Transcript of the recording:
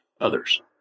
others